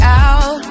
out